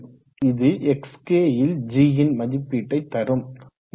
இது xk ல் g மதிப்பீட்டை தரும்